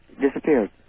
Disappeared